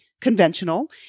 Conventional